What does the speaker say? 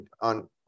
on